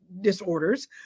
disorders